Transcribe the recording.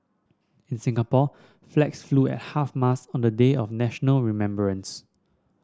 in Singapore flags flew at half mast on the day of national remembrance